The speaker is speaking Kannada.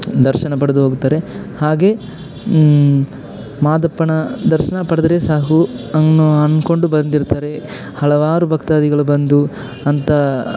ದರ್ಶನ ಪಡೆದು ಹೋಗುತ್ತಾರೆ ಹಾಗೇ ಮಾದಪ್ಪನ ದರ್ಶನ ಪಡೆದರೆ ಸಾಕು ಅನ್ನೋ ಅಂದ್ಕೊಂಡು ಬಂದಿರ್ತಾರೆ ಹಲವಾರು ಭಕ್ತಾದಿಗಳು ಬಂದು ಅಂತ